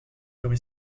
fermé